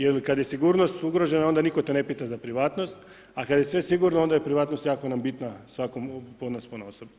Jer kad je sigurnost ugrožena, onda nitko te ne pita za privatnost, a kad je sve sigurno, onda je privatnost jako nam bitna svakom od nas ponaosob.